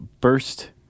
burst